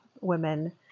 women